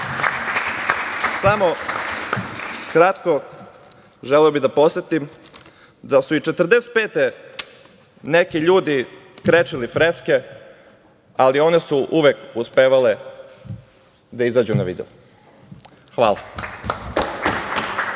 kratko, želeo bih da podsetim da su i 1945. godine neki ljudi krečili freske, ali one su uvek uspevale da izađu na videlo. Hvala.